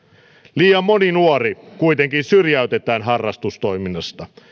liian moni nuori kuitenkin syrjäytetään harrastustoiminnasta